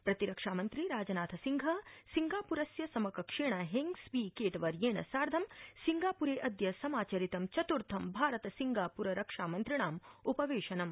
प्रतिरक्षा मन्त्री राजनाथ सिंहः सिंगापुरस्य समकक्षेण हेंग स्वी केट वर्षेण साधं सिंगापुरे अद्य समाचरितम् चतुर्थं भारत सिंगापुर रक्षामन्त्रिणां उपवेशनम्